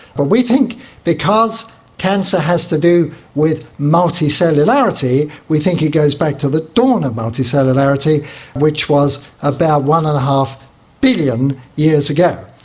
but we think because cancer has to do with multicellularity, we think it goes back to the dawn of multicellularity which was about one. and five billion years ago.